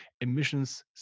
emissions